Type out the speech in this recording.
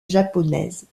japonaise